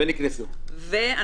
ונקנסו, כך פורסם.